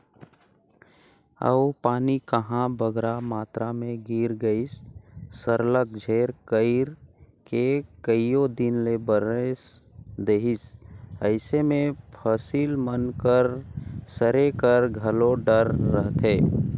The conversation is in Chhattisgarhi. अउ पानी कहांे बगरा मातरा में गिर गइस सरलग झेर कइर के कइयो दिन ले बरेस देहिस अइसे में फसिल मन कर सरे कर घलो डर रहथे